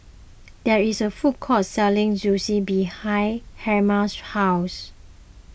there is a food court selling Zosui behind Helma's house